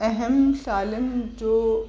अहम सालनि जो